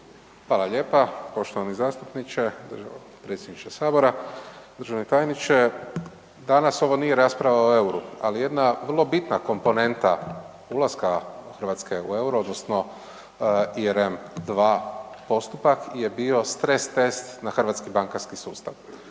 Hvala lijepa. Poštovani zastupniče, potpredsjedniče Sabora, državni tajniče. Danas ovo nije rasprava o euru, ali jedna vrlo bitna komponenta ulaska Hrvatske u euro odnosno ERM2 postupak je bio stres test na hrvatski bankarski sustava.